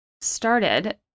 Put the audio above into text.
started